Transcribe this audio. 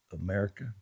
America